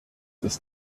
ist